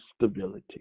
stability